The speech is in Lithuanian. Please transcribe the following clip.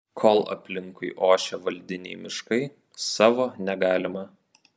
kol aplinkui ošia valdiniai miškai savo negalima